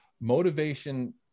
Motivation